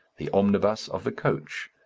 the omnibus of the coach,